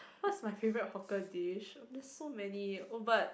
what is my favourite hawker dish there is so many oh but